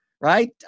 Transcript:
right